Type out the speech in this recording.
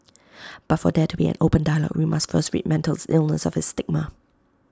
but for there to be an open dialogue we must first rid mental illness of its stigma